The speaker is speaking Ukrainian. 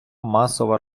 масова